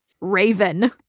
Raven